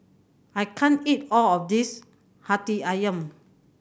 I can't eat all of this Hati Ayam